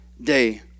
day